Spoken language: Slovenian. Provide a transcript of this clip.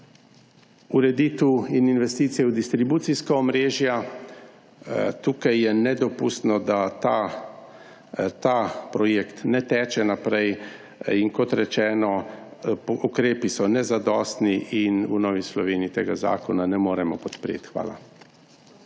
ureditev in investicije v distribucijska omrežja. Tukaj je nedopustno da ta projekt ne teče naprej. Kot rečeno, ukrepi so nezadostni in v Novi Sloveniji tega zakona ne moremo podpreti. Hvala.